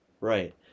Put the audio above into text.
Right